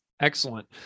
Excellent